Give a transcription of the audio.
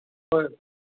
ꯍꯣꯏ